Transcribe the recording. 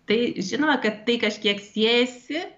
tai žinoma kad tai kažkiek siejasi